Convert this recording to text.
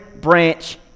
branch